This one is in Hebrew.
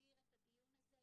להגדיר את הדיון הזה,